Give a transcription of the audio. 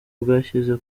bwashyize